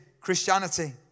Christianity